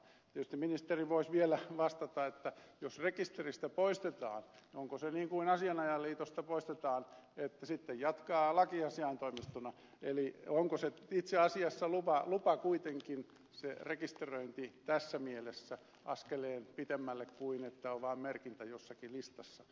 tietysti ministeri voisi vielä vastata että jos rekisteristä poistetaan niin onko se niin kuin asianajajaliitosta poistetaan että sitten jatkaa lakiasiaintoimistona eli onko itse asiassa lupa kuitenkin tässä mielessä askeleen pitemmälle menevä kuin että on vaan merkintä jossakin listassa